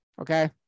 Okay